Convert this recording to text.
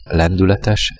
lendületes